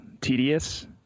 tedious